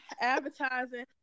advertising